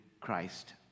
Christ